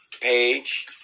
Page